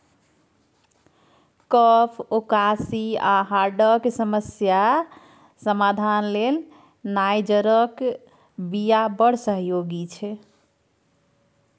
कफ, उकासी आ हार्टक समस्याक समाधान लेल नाइजरक बीया बड़ सहयोगी छै